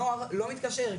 הנוער לא מתקשר.